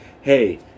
hey